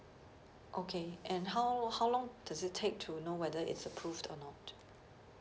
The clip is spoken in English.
okay and how lo~ how long does it take to know whether it's approved or not